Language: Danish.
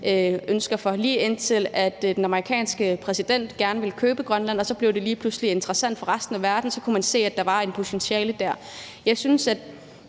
var kun, lige indtil den amerikanske præsident gerne ville købe Grønland, for så blev det lige pludselig interessant for resten af verden, og så kunne man se, at der var et potentiale der. Hvis der er